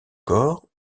corps